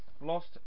Lost